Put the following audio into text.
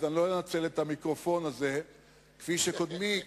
לא אנצל את המיקרופון הזה כפי שקודמי עשה.